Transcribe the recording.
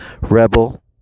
Rebel